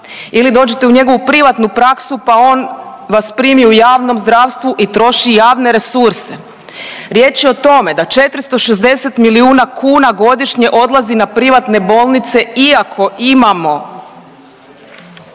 Ili dođete u njegovu privatnu praksu pa on vas primi u javnom zdravstvu i troši javne resurse. Riječ je o tome da 460 milijuna kuna godišnje odlazi na privatne bolnice iako imamo